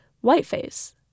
whiteface